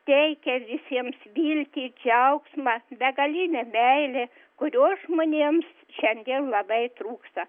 teikia visiems viltį džiaugsmą begalinę meilę kurios žmonėms šiandien labai trūksta